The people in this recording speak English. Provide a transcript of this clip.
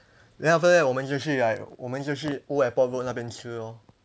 then after that 我们就去 like 我们就去 old airport road 那边吃咯